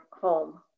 home